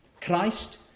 Christ